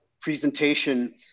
presentation